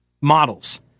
models